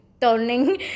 turning